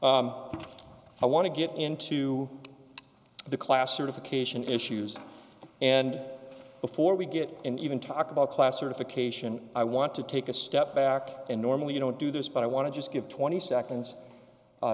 but i want to get into the classification issues and before we get and even talk about class certification i want to take a step back and normally you don't do this but i want to just give twenty seconds